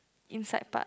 inside part